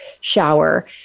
shower